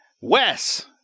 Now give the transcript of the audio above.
Wes